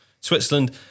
Switzerland